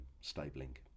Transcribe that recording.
stabling